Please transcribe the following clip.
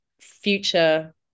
future